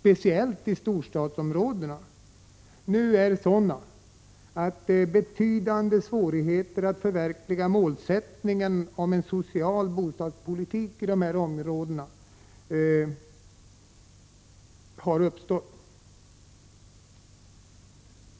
speciellt i storstadsområdena nu är sådana att betydande svårigheter har uppstått att förverkliga målsättningen om en social bostadspolitik i dessa områden.